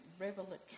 revelatory